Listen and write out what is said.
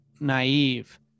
naive